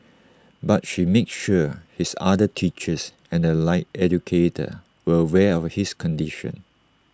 but she made sure his other teachers and the allied educator were aware of his condition